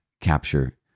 capture